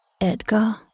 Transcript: Edgar